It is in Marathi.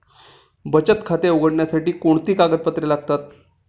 बचत खाते उघडण्यासाठी कोणती कागदपत्रे लागतात?